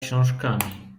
książkami